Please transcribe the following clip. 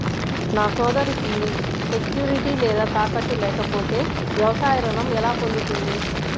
నా సోదరికి సెక్యూరిటీ లేదా తాకట్టు లేకపోతే వ్యవసాయ రుణం ఎలా పొందుతుంది?